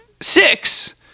six